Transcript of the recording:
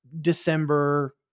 December